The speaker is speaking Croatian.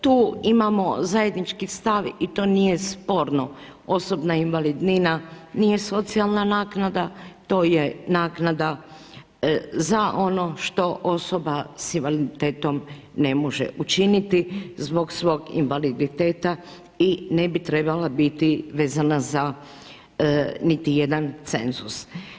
Tu imamo zajednički stav i to nije sporno, osobna invalidnina nije socijalna naknada to je naknada za ono što osoba s invaliditetom ne može učiniti zbog svog invaliditeta i ne bi trebala biti vezana za niti jedan cenzus.